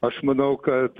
aš manau kad